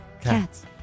Cats